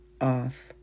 off